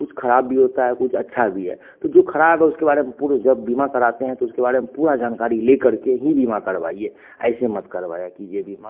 कुछ ख़राब भी होती हैं कुछ अच्छी भी हैं तो जो ख़राब है उसके बारे में पुरा जब बीमा कराते हैं तो उसके बारे में पूरी जानकारी लेकर के ही बीमा करवाइए ऐसे मत करवाया कीजिए बीमा